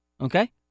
Okay